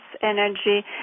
energy